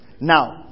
Now